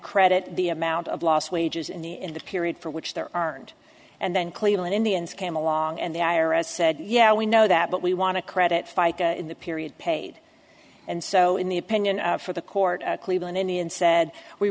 credit the amount of lost wages in the in the period for which there aren't and then cleveland indians came along and the i r s said yeah we know that but we want to credit fica in the period paid and so in the opinion for the court cleveland indian said we